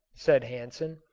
said hansen.